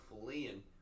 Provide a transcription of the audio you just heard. fleeing